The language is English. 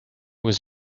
was